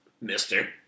Mister